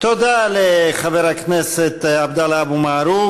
תודה לחבר הכנסת עבדאללה אבו מערוף.